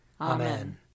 Amen